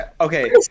okay